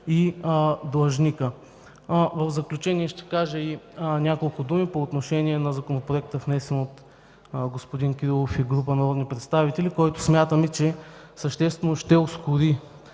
и длъжникът. В заключение ще кажа няколко думи по отношение на Законопроекта, внесен от господин Кирилов и група народни представители, който смятаме, че съществено ще ускори